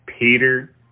Peter